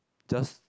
just